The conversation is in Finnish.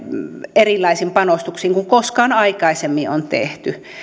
erilaisin panostuksin kuin koskaan aikaisemmin on tehty